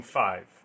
five